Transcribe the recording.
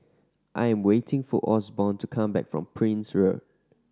I'm waiting for Osborne to come back from Prince Road